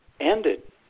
Ended